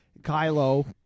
Kylo